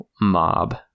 Mob